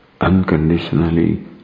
unconditionally